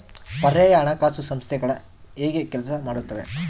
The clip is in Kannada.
ಪರ್ಯಾಯ ಹಣಕಾಸು ಸಂಸ್ಥೆಗಳು ಹೇಗೆ ಕೆಲಸ ಮಾಡುತ್ತವೆ?